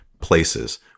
places